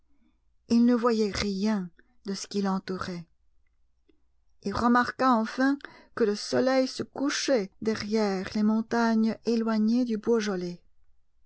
il ne voyait rien de ce qui l'entourait il remarqua enfin que le soleil se couchait derrière les montagnes éloignées du beaujolais